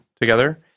together